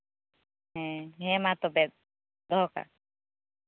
ᱦᱮᱸ ᱦᱮᱸ ᱢᱟ ᱛᱚᱵᱮ ᱫᱚᱦᱚ ᱠᱟᱜ